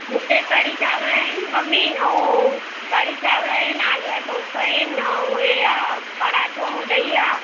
हुते कढी चांवर आहिनि मम्मी ऐं कढी चांवर आहिनि आलूअ जा टोका आहिनि ऐं ए आहे पराठो ऐं डही आहे